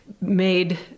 made